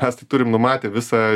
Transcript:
mes tai turim numatę visą